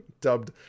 dubbed